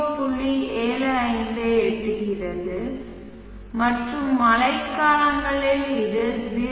75 ஐ எட்டுகிறது மற்றும் மழைக்காலங்களில் இது 0